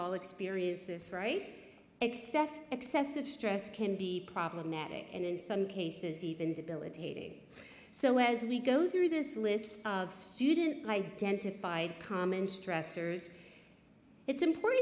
all experienced this right except excessive stress can be problematic and in some cases even debilitating so as we go through this list of student identified common stressors it's important